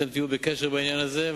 אתם תהיו בקשר בעניין הזה.